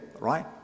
Right